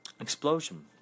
explosion